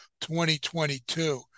2022